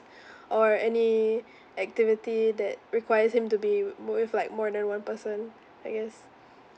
or any activity that requires him to be with more with like more than one person I guess